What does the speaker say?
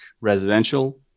residential